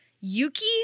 Yuki